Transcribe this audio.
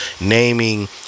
naming